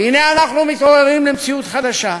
והנה אנחנו מתעוררים למציאות חדשה,